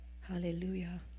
Hallelujah